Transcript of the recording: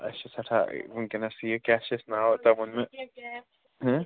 أسۍ چھِ سٮ۪ٹھاہ ٲں وُنکیٚس یہِ کیٛاہ چھِ یَتھ ناو یہِ تۄہہِ ووٚنوٕ